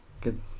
good